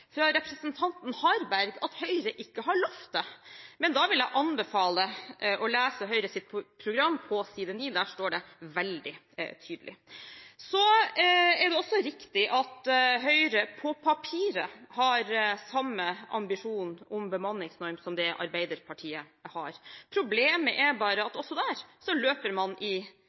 fra representanten Harberg at Høyre ikke har lovt det, men da vil jeg anbefale å lese Høyres program, side 9, der står det veldig tydelig. Det er riktig at Høyre på papiret har samme ambisjon om bemanningsnorm som Arbeiderpartiet har. Problemet er bare at også der løper man i